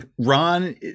Ron